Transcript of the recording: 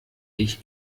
ich